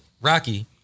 Rocky